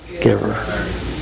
giver